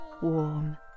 warm